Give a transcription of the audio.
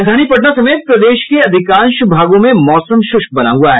राजधानी पटना समेत प्रदेश के अधिकांश भागों में मौसम शुष्क बना हुआ है